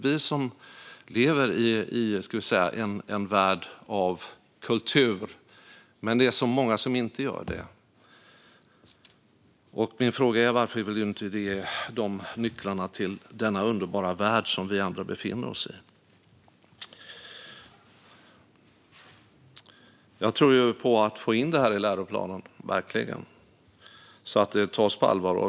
Vi lever i en värld av kultur, men det är så många som inte gör det. Min fråga är: Varför vill du inte ge dem nycklarna till denna underbara värld som vi andra befinner oss i? Jag tror verkligen på att få in en kulturkanon i läroplanen så att den tas på allvar.